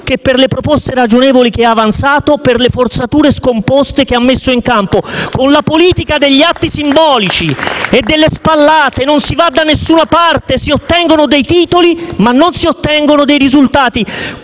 che per le proposte ragionevoli che avanzato, per le forzature scomposte che ha messo in campo. *(Applausi dal Gruppo PD)*. Con la politica degli atti simbolici e delle spallate non si va da nessuna parte: si ottengono dei titoli ma non dei risultati.